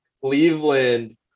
Cleveland